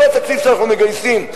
כל התקציב שאנחנו מגייסים,